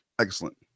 Excellent